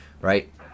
right